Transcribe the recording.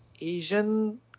Asian